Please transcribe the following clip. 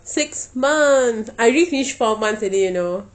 six months I already finish four months already you know